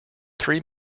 three